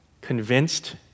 convinced